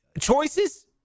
choices